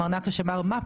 מר נקש אמר מה פתאום,